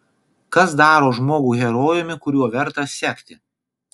kas daro žmogų herojumi kuriuo verta sekti